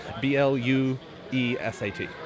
B-L-U-E-S-A-T